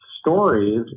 stories